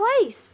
place